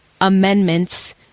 amendments